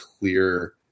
clear